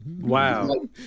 Wow